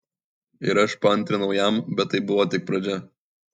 ir aš paantrinau jam bet tai buvo tik pradžia